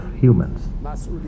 humans